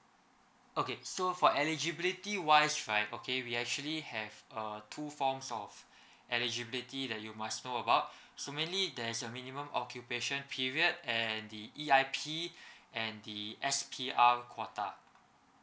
okay so for eligibility wise right okay we actually have uh two forms of eligibility that you must know about so mainly there's a minimum occupation period and the E_I_P and the S_P_R quota